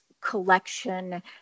collection